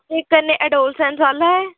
भी कन्नै एडोलसेन्स आह्ला ऐ